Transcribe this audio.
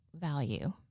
value